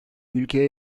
ülkeye